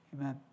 Amen